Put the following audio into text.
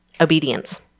Obedience